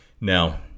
Now